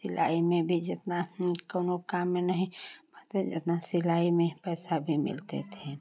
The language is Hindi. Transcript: सिलाई में भी जितना कौनों काम में नहीं जितना सिलाई में पैसा भी मिलते थे